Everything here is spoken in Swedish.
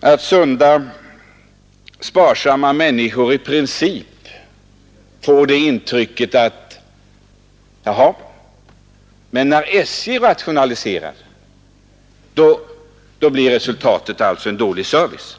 att sunda, sparsamma människor i princip får det intrycket att när SJ rationaliserar blir resultatet en dålig service?